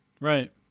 Right